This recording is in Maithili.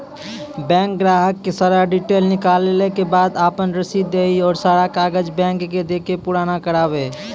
बैंक ग्राहक के सारा डीटेल निकालैला के बाद आपन रसीद देहि और सारा कागज बैंक के दे के पुराना करावे?